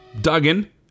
Duggan